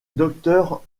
docteur